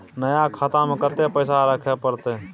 नया खाता में कत्ते पैसा रखे परतै?